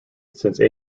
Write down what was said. since